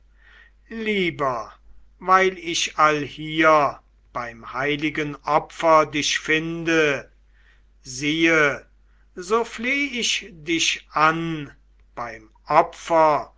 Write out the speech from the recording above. lieber weil ich allhier beim heiligen opfer dich finde siehe so fleh ich dich an beim opfer